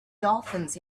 dolphins